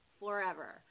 forever